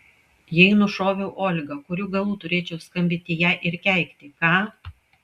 jei nušoviau olgą kurių galų turėčiau skambinti jai ir keikti ką